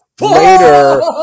later